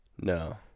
No